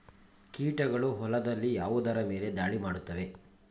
ಕೀಟಗಳು ಹೊಲದಲ್ಲಿ ಯಾವುದರ ಮೇಲೆ ಧಾಳಿ ಮಾಡುತ್ತವೆ?